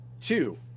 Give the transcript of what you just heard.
two